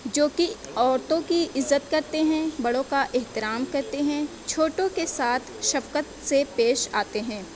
جو کہ عورتوں کی عزت کرتے ہیں بڑوں کا احترام کرتے ہیں چھوٹوں کے ساتھ شفقت سے پیش آتے ہیں